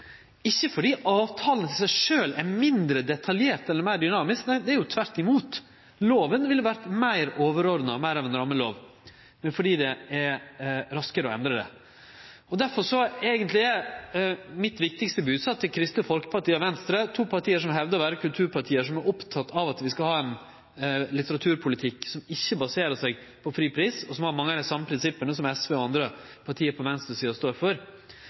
ikkje fordi avtalen i seg sjølv er mindre detaljert eller meir dynamisk, nei, tvert imot, lova ville ha vore meir overordna og meir ei rammelov, men fordi det er raskare å endre. Derfor er mitt viktigaste bodskap til Kristeleg Folkeparti og Venstre – to parti som hevdar å vere kulturparti, som er opptekne av at vi skal ha ein litteraturpolitikk som ikkje baserer seg på fri pris, og som står for mange av dei same prinsippa som SV og andre parti på